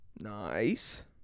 Nice